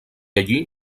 allí